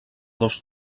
dos